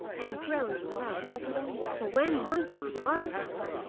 and groaning loudly for when monkeys are hurt,